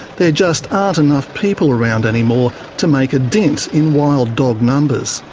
there just aren't enough people around anymore to make a dint in wild dog numbers.